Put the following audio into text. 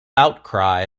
outcry